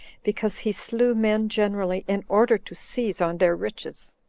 because he slew men generally in order to seize on their riches.